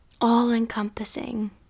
all-encompassing